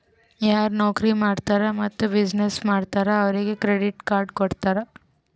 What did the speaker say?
ಯಾರು ನೌಕರಿ ಮಾಡ್ತಾರ್ ಮತ್ತ ಬಿಸಿನ್ನೆಸ್ ಮಾಡ್ತಾರ್ ಅವ್ರಿಗ ಕ್ರೆಡಿಟ್ ಕಾರ್ಡ್ ಕೊಡ್ತಾರ್